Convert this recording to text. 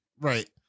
Right